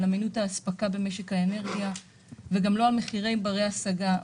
אמינות האספקה במשק האנרגיה וגם לא על מחירים ברי-השגה.